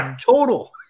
total